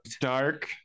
Dark